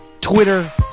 Twitter